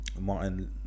Martin